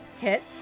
Hits